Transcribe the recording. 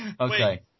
Okay